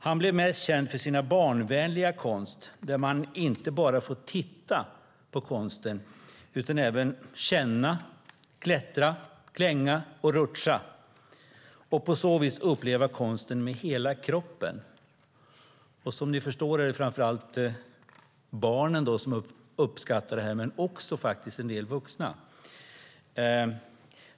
Han blev mest känd för sin barnvänliga konst där man inte bara får titta på konsten utan även känna, klättra, klänga och rutscha och på så vis uppleva konsten med hela kroppen. Som ni förstår är det framför allt barnen som uppskattar det men också en del vuxna.